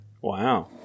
wow